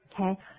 okay